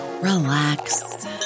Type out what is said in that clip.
relax